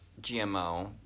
GMO